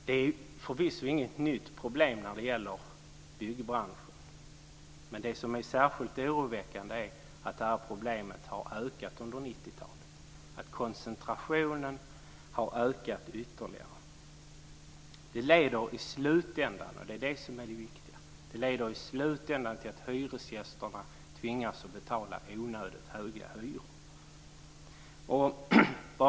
Det är förvisso inget nytt problem när det gäller byggbranschen men särskilt oroväckande är att problemet har ökat under 90-talet - att koncentrationen har ökat ytterligare. I slutändan leder det, och detta är det viktiga, till att hyresgästerna tvingas betala onödigt höga hyror.